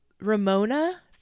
ramona